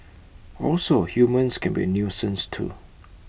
also humans can be A nuisance too